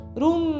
room